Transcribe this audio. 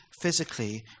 physically